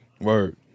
word